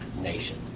nation